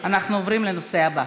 אנחנו ממשיכים לנושא הבא.